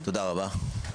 תודה רבה.